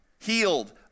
healed